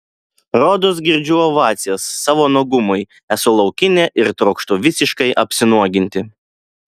rodos girdžiu ovacijas savo nuogumui esu laukinė ir trokštu visiškai apsinuoginti